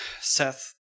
Seth